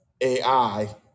AI